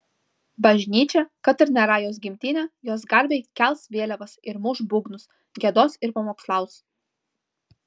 bažnyčia kad ir nėra jos gimtinė jos garbei kels vėliavas ir muš būgnus giedos ir pamokslaus